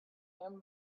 him